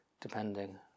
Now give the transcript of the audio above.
depending